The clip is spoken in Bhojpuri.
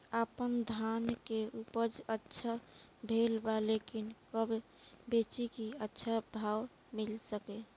आपनधान के उपज अच्छा भेल बा लेकिन कब बेची कि अच्छा भाव मिल सके?